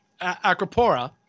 Acropora